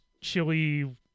chili